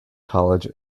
college